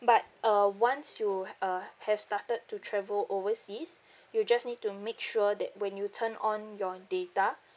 but uh once you uh have started to travel overseas you'll just need to make sure that when you turn on your data